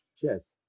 Cheers